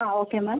അ okay മാം